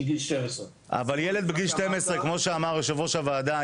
גיל 12. אבל ילד בגיל 12 כמו שאמר יו"ר הוועדה,